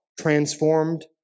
transformed